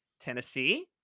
Tennessee